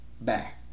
back